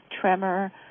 tremor